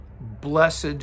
blessed